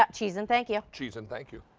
ah cheese and thank you. cheese and thank you.